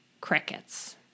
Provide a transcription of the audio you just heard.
crickets